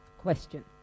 Question